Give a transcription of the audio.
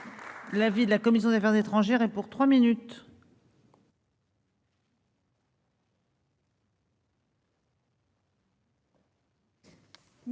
L'avis de la commission d'affaires étrangères, et pour trois minutes.